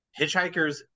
hitchhikers